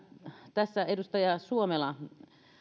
tässä edustaja suomela